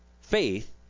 faith